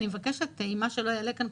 אני מבקשת שעם מה שלא אעלה כאן,